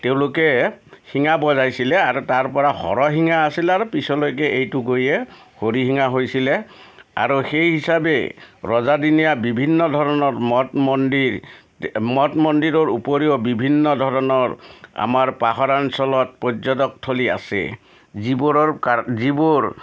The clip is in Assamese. তেওঁলোকে শিঙা বজাইছিলে আৰু তাৰপৰা হৰশিঙা আছিলে আৰু পিছলৈকে এইটো গৈয়ে হৰিশিঙা হৈছিলে আৰু সেই হিচাপে ৰজাদিনীয়া বিভিন্ন ধৰণৰ মঠ মন্দিৰ মঠ মন্দিৰৰ উপৰিও বিভিন্ন ধৰণৰ আমাৰ পাহাৰ অঞ্চলত পৰ্যটকথলী আছে যিবোৰৰ যিবোৰ